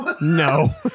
No